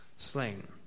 slain